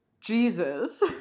Jesus